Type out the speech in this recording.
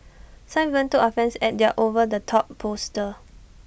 some even took offence at their over the top poster